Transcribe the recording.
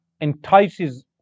entices